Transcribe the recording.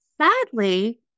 Sadly